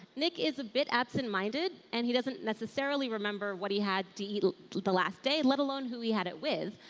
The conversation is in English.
nick is a bit absent minded and he doesn't necessarily remember what he had to eat the last day, let alone who he had it with.